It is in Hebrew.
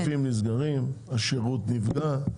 סניפים נסגרים, השירות נפגע.